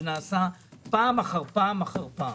זה נעשה פעם אחר פעם אחר פעם.